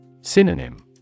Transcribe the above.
Synonym